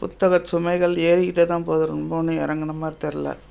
புத்தகச் சுமைகள் ஏறிக்கிட்டே தான் போகுது ரொம்ப ஒன்றும் இறங்குன மாதிரி தெரியல